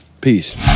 Peace